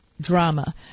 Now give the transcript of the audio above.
drama